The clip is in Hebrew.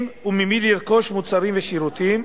אם וממי לרכוש מוצרים ושירותים,